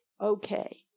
Okay